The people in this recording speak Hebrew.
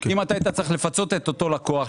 אם אתה היית צריך לפצות את אותו הלקוח,